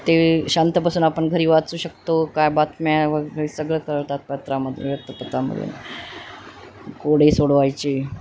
ते शांत बसून आपण घरी वाचू शकतो काय बातम्या वगैरे सगळं कळतात पत्रामध्ये वृत्तपत्रामधून कोडे सोडवायचे